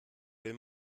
will